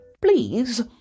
please